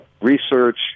research